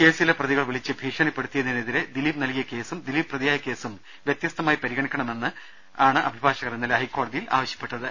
കേസിലെ പ്രതികൾ വിളിച്ച് ഭീഷണിപ്പെടുത്തിയതിനെതിരെ ദിലീപ് നൽകിയ കേസും ദിലീപ് പ്രതിയായ കേസും വ്യത്യസ്തമായി പരിഗണിക്കണമെന്നാണ് അഭിഭാഷകർ ഇന്നലെ ഹൈക്കോടതിയിൽ ആവശ്യപ്പെട്ടത്